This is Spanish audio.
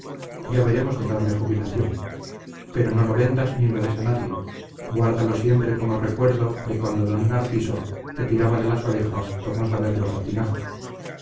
ya veremos de darle jubilación pero no lo vendas ni lo des a nadie guárdalo siempre como recuerdo de cuando d narciso te tiraba de las orejas por no saber los latinajos